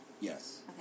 Yes